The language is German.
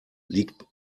liegt